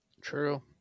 true